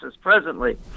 presently